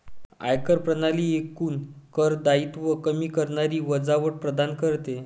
आयकर प्रणाली एकूण कर दायित्व कमी करणारी वजावट प्रदान करते